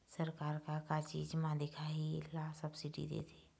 सरकार का का चीज म दिखाही ला सब्सिडी देथे?